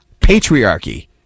patriarchy